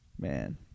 Man